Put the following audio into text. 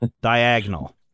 diagonal